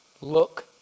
Look